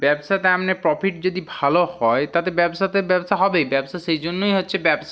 ব্যবসাতে আপনি প্রফিট যদি ভালো হয় তাতে ব্যবসাতে ব্যবসা হবে ব্যবসা সেই জন্যই হচ্ছে ব্যবসা